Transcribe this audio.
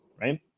right